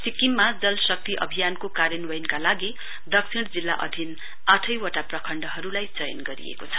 सिक्किममा जलशक्ति अभियानको कार्यान्वयनका लागि दक्षिण जिल्ला अधिन आठैवटा प्रखण्डहरूलाई चयन गरिएको छ